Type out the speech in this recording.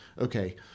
okay